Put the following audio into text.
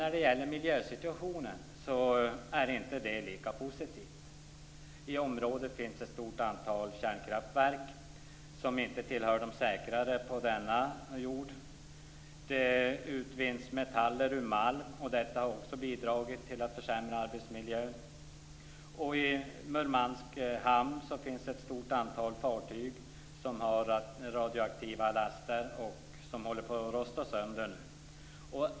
När det gäller miljösituationen är det inte lika positivt. I området finns ett stort antal kärnkraftverk, som inte tillhör de säkrare på denna jord. Det utvinns metaller ur malm, och detta har också bidragit till att försämra arbetsmiljön. I Murmansk hamn finns ett stort antal fartyg som har radioaktiva laster och som nu håller på att rosta sönder.